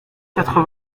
quatre